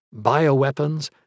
bioweapons